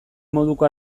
moduko